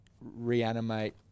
reanimate